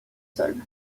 sol